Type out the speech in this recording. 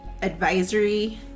Advisory